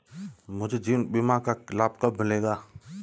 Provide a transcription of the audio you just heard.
मुझे जीवन बीमा का लाभ कब मिलेगा?